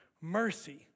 mercy